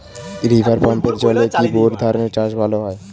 River পাম্পের জলে কি বোর ধানের চাষ ভালো হয়?